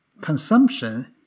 consumption